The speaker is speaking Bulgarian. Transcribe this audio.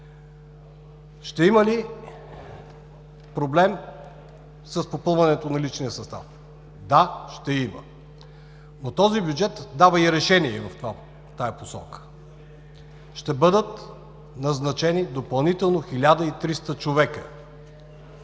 Ще има ли проблем с попълването на личния състав? Да, ще има. Този бюджет дава решение и в тази посока. Ще бъдат назначени допълнително 1300 човека.